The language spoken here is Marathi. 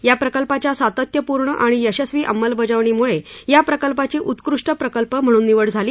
या प्रकल्पाच्या सातत्यपूर्ण आणि यशस्वी अंमलबजावणीमुळे या प्रकल्पाची उत्कृष्ट प्रकल्प म्हणून निवड झाली